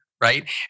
right